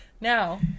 Now